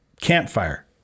campfire